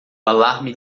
alarme